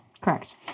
Correct